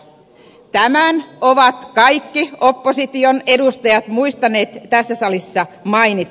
tämän ovat kaikki opposition edustajat muistaneet tässä salissa mainita